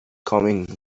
coming